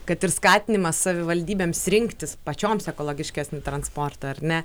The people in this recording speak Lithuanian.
kad ir skatinimas savivaldybėms rinktis pačioms ekologiškesnį transportą ar ne